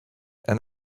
and